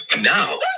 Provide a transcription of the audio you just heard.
Now